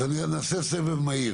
אז נעשה סבב מהיר